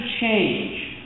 change